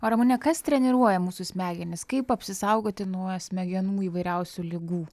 o ramune kas treniruoja mūsų smegenis kaip apsisaugoti nuo smegenų įvairiausių ligų